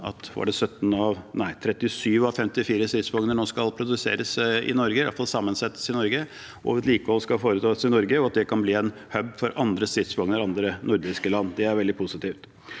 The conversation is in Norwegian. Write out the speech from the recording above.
at 37 av 54 stridsvogner nå skal produseres i Norge – iallfall sammensettes i Norge – at vedlikehold skal foretas i Norge, og at det kan bli en hub for andre stridsvogner i andre nordiske land. Det er veldig positivt.